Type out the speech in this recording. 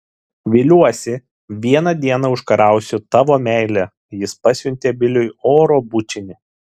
viliuosi vieną dieną užkariausiu tavo meilę jis pasiuntė bilui oro bučinį